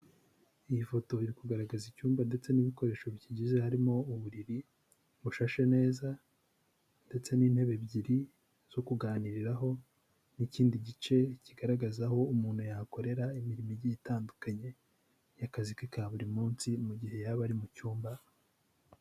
Iyi foto iri kugaragaza icyumba ndetse n'ibikoresho bikigize harimo uburiri bushashe neza ndetse n'intebe ebyiri zo kuganiriraraho n'ikindi gice kigaragaza aho umuntu yakorera imirimo igiye itandukanye y'akazi ke ka buri munsi mu gihe yaba ari mu cyumba.